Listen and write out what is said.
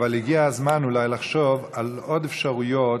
אבל הגיע הזמן אולי לחשוב על עוד אפשרויות.